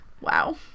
Wow